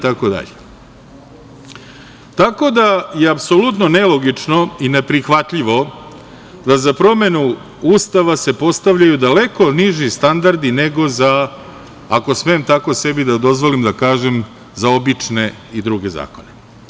Tako da je apsolutno nelogično i neprihvatljivo da za promenu Ustava se postavljaju daleko niži standardi, nego za, ako smem tako sebi da dozvolim da kažem, za obične i druge zakone.